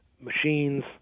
machines